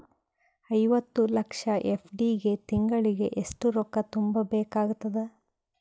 ಐವತ್ತು ಲಕ್ಷ ಎಫ್.ಡಿ ಗೆ ತಿಂಗಳಿಗೆ ಎಷ್ಟು ರೊಕ್ಕ ತುಂಬಾ ಬೇಕಾಗತದ?